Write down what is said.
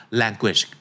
language